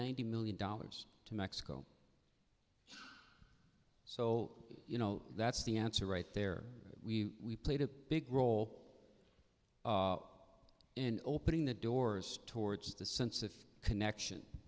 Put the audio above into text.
ninety million dollars to mexico so you know that's the answer right there we played a big role in opening the doors towards the sense of connection